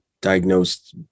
diagnosed